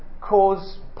cause